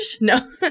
No